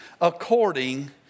according